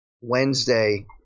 Wednesday